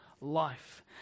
life